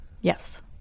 Yes